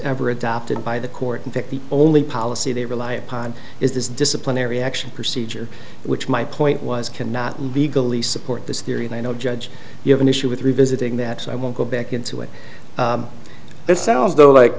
ever adopted by the court in fact the only policy they rely upon is this disciplinary action procedure which my point was can not legally support this theory and i know judge you have an issue with revisiting that so i won't go back into it it sounds though like